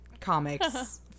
comics